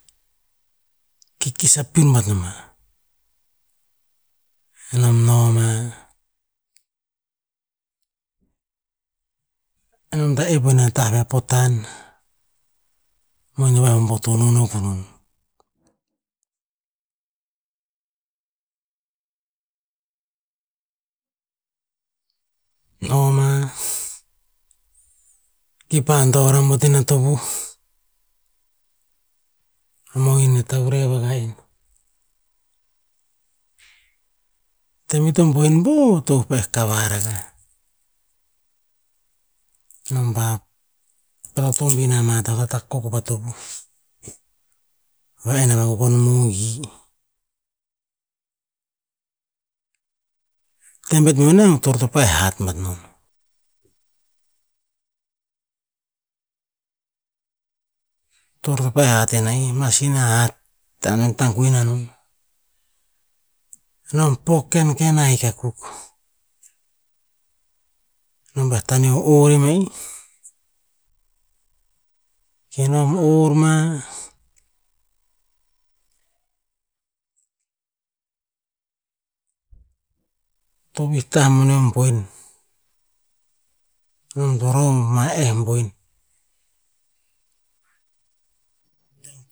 Kikis a piun bat noma, enom noma, nam ta epina tah veh a potan, mohin a pa'eh boboton akuk enon. Noma, kipa dor amot inah tovuh, mohin e taurev rakah en. Tem ito boen vur, tovuh to pa'eh kavar rakah. Nom pa vatotobin ama tah to takok o ma pa tovuh, va enn a kukon a mongi, tem pet koneh o torr to pa'eh hat bat non. Torr to pa'eh hat n a'i masin a hat ta antoen tanguina a nom, nom pok kenken ahik akuk. Nom pa taneo or en a'ih, kenom or ma, tovih tamboneh o boen, nom goroh pahe boen. Dong